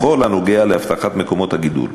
בכל הקשור לאבטחת מקומות הגידול,